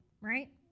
right